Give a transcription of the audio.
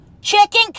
Chicken